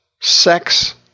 sex